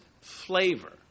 flavor